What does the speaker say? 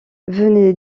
venez